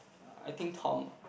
I think Tom ah